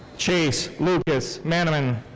chase lucas manemann.